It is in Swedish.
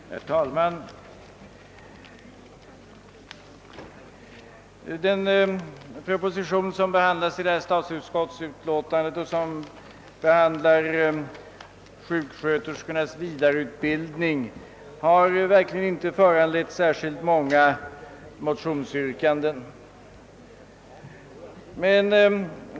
Herr talman! Den proposition som behandlas i förevarande utlåtande från statsutskottet om sjuksköterskornas vidareutbildning har verkligen inte föranlett särskilt många motionsyrkanden.